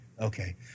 Okay